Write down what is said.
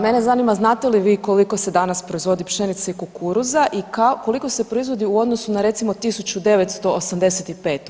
Mene zanima znate li vi koliko se danas proizvodi pšenice i kukuruza i koliko se proizvodi u odnosu na recimo 1985. godinu?